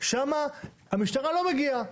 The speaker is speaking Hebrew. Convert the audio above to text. שם המשטרה לא מגיעה,